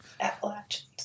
Appalachians